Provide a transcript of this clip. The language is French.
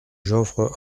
joffre